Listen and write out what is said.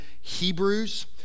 Hebrews